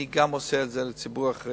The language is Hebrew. אני גם עושה את זה לציבור החרדי,